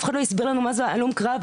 אף אחד לא הסביר לנו מה זה הלום קרב.